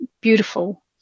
beautiful